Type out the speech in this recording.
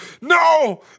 no